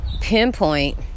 pinpoint